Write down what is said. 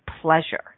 pleasure